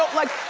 like,